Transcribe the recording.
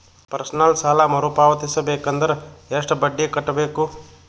Personal ಸಾಲ ಮರು ಪಾವತಿಸಬೇಕಂದರ ಎಷ್ಟ ಬಡ್ಡಿ ಕಟ್ಟಬೇಕು?